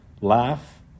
laugh